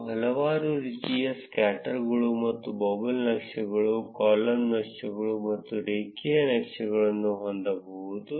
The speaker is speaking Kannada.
ನೀವು ಹಲವಾರು ರೀತಿಯ ಸ್ಕ್ಯಾಟರ್ಗಳು ಮತ್ತು ಬಬಲ್ ನಕ್ಷೆಗಳು ಕಾಲಮ್ ನಕ್ಷೆಗಳು ಮತ್ತು ರೇಖೀಯ ನಕ್ಷೆಗಳನ್ನು ಹೊಂದಬಹುದು